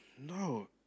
No